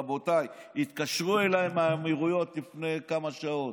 רבותיי, התקשרו אליי מהאמירויות לפני כמה שעות